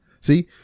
See